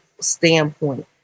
standpoint